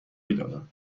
میدادم